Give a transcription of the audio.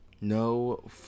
No